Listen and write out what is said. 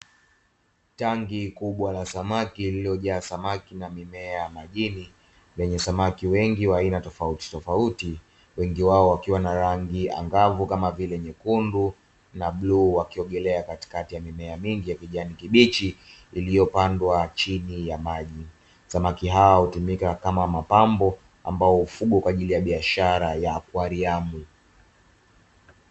Tanki kubwa la samaki lililojaa samaki na mimea ya majini, yenye samaki wengi wa aina tofautitofauti, wengi wao wakiwa na rangi angavu kama vile nyekundu na bluu wakiogelea katikati ya mimea mingi ya kijani kibichi, iliyopandwa chini ya maji, samaki hao hutumika kama mapambo ambao hufugwa kwa ajili ya biashara ya aquariamu.